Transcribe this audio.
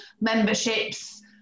memberships